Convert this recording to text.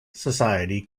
society